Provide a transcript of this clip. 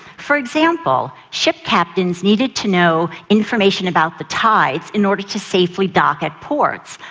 for example, ship captains needed to know information about the tides in order to safely dock at ports.